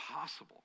possible